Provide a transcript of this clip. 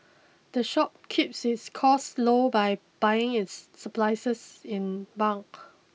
the shop keeps its costs low by buying its supplies in bulk